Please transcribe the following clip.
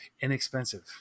inexpensive